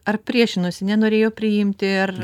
ar priešinosi nenorėjo priimti ar